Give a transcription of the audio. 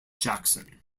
jackson